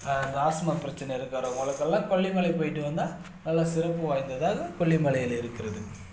இந்த ஆஸ்துமா பிரச்சனை இருக்கிறவங்களுக்கெல்லாம் கொல்லிமலை போயிட்டு வந்தால் நல்ல சிறப்பு வாய்ந்ததாக கொல்லிமலையில் இருக்கிறது